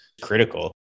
critical